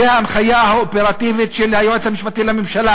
זו ההנחיה האופרטיבית של היועץ המשפטי לממשלה,